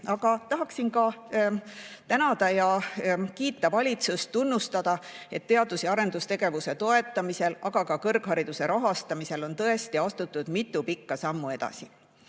aga tahaksin ka tänada ja kiita valitsust, tunnustada, et teadus- ja arendustegevuse toetamisel, aga ka kõrghariduse rahastamisel on tõesti astutud mitu pikka sammu edasi.